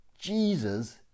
jesus